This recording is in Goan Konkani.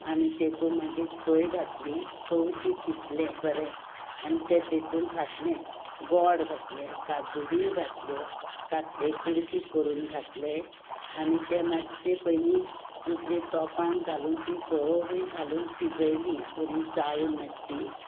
आनी तातूंत मागीर सोय घातली तवशी बरें आनी तें तातूंत घातलें गोड घातलें काजू बी घातल्यो कांतले कुडके करून घातले आनी ते मातशे पयलीं दुसरे तोपांत घालून तीं सगळीं घालून शिजयलीं बरीं चाळून मातशीं